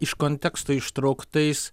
iš konteksto ištrauktais